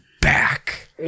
back